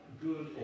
Good